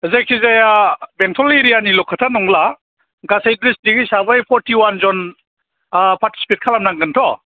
जायखिजाया बेंटल एरियानिल' खोथा नंला गासै दिस्ट्रिक्ट हिसाबै फरटिउवानजन ओ पारटिसिपेट खालामनांगोनथ'